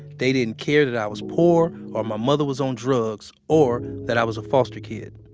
they didn't care that i was poor, or, my mother was on drugs, or, that i was a foster kid.